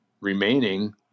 remaining